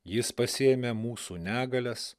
jis pasiėmė mūsų negalias